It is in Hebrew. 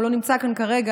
הוא לא נמצא כאן כרגע,